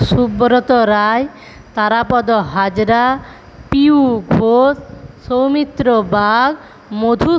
Subrata Roy Tarapada Hazra Piu Ghosh Soumitra Bag Madhu Santra